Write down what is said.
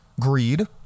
Greed